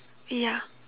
ya